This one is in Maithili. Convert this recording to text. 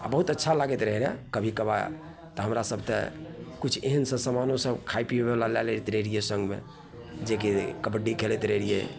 आओर बहुत अच्छा लागैत रहै रहै कभी कभार तऽ हमरासभ तऽ किछु एहनसब समानोसब खाइ पिएवला लै लैत रहै रहिए सङ्गमे जेकि कबड्डी खेलैत रहै रहिए